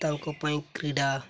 ତାଙ୍କ ପାଇଁ କ୍ରୀଡ଼ା